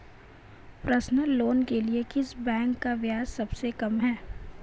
Personal loan के लिए किस बैंक का ब्याज सबसे कम है?